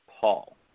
Paul